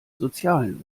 sozialen